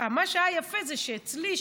מה שהיה יפה זה שאצלי,